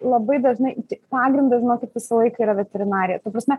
labai dažnai tai pagrindas žinokit visą laiką yra veterinarija ta prasme